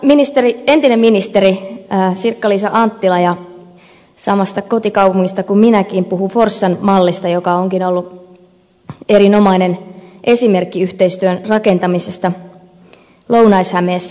täällä entinen ministeri sirkka liisa anttila samasta kotikaupungista kuin minäkin puhui forssan mallista joka onkin ollut erinomainen esimerkki yhteistyön rakentamisesta lounais hämeessä